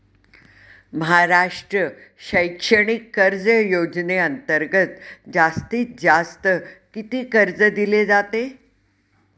महाराष्ट्र शैक्षणिक कर्ज योजनेअंतर्गत जास्तीत जास्त किती कर्ज दिले जाते?